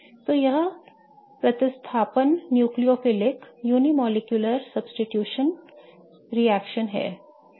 तो यह प्रतिस्थापन न्यूक्लियोफिलिक unimolecular रिएक्शन है